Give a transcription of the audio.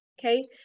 Okay